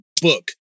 book